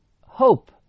hope